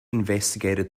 investigated